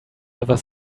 ever